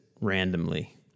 randomly